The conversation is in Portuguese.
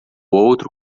outro